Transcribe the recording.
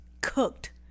cooked